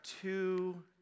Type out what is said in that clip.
two